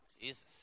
Jesus